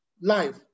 life